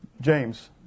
James